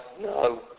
no